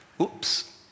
Oops